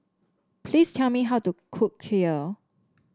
please tell me how to cook Kheer